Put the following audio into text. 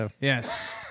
Yes